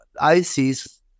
ISIS